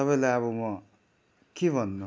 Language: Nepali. तपाईँलाई अब म के भन्नु